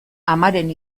amaren